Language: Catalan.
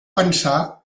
pensar